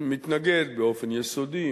מתנגד באופן יסודי,